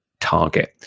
target